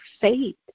faith